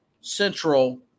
Central